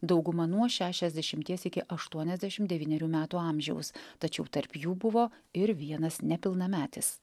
dauguma nuo šešiasdešimties iki aštuoniasdešimt devynerių metų amžiaus tačiau tarp jų buvo ir vienas nepilnametis